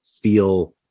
feel